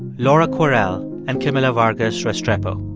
laura kwerel and camila vargas restrepo.